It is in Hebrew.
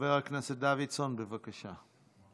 חבר הכנסת דוידסון, בבקשה.